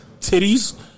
titties